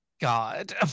God